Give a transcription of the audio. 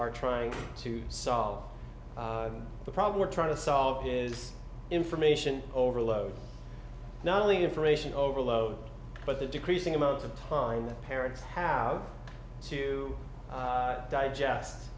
are trying to solve the problem we're trying to solve is information overload not only information overload but the decreasing amount of time that parents have to digest